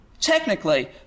technically